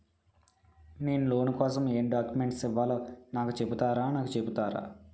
నేను లోన్ కోసం ఎం డాక్యుమెంట్స్ ఇవ్వాలో నాకు చెపుతారా నాకు చెపుతారా?